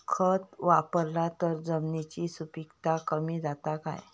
खत वापरला तर जमिनीची सुपीकता कमी जाता काय?